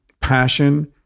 passion